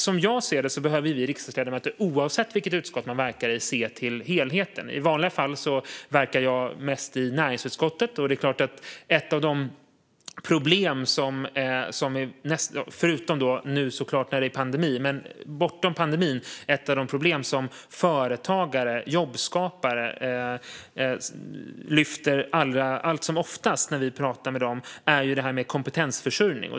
Som jag ser det behöver vi riksdagsledamöter, oavsett vilket utskott vi verkar i, se till helheten. I vanliga fall verkar jag mest i näringsutskottet, och ett av de problem, bortom pandemin, som företagare och jobbskapare lyfter allt som oftast när vi pratar med dem är kompetensförsörjning.